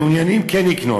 מעוניינים כן לקנות.